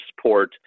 support